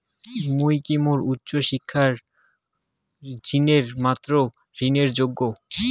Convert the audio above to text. মুই কি মোর উচ্চ শিক্ষার জিনে ছাত্র ঋণের যোগ্য?